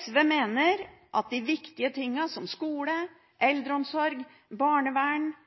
SV mener at vi til de viktige tingene, som skole, eldreomsorg, barnevern,